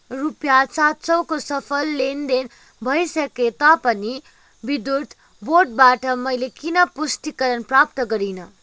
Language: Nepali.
रुपियाँ सात सयको सफल लेनदेन भइसके तापनि विद्युत बोर्डबाट मैले किन पुष्टिकरण प्राप्त गरिनँ